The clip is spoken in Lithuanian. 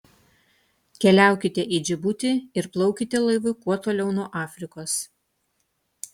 keliaukite į džibutį ir plaukite laivu kuo toliau nuo afrikos